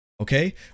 Okay